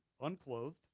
unclothed